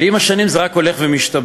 ועם השנים זה רק הולך ומשתבח.